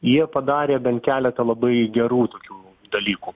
jie padarė bent keletą labai gerų tokių dalykų